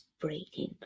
breaking